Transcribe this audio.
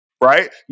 right